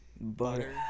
butter